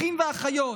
אחים ואחיות,